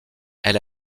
elle